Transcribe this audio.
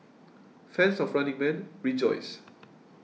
fans of Running Man rejoice